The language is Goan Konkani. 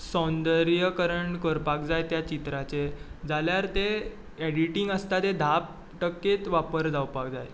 सौंदर्यकरण करपाक जाय त्या चित्राचेर जाल्यार तें एडिटींग आसता तें धा टक्केंच वापर जावपाक जाय